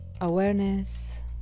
awareness